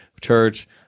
Church